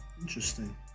Interesting